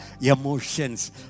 emotions